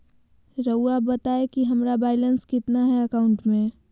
रहुआ बताएं कि हमारा बैलेंस कितना है अकाउंट में?